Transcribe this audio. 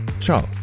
Ciao